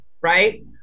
right